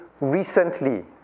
recently